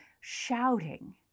shouting